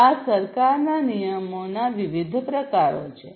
આ સરકારના નિયમોના વિવિધ પ્રકારો છે